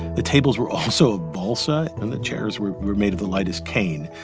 the tables were also balsa and the chairs were were made of the lightest cane.